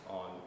on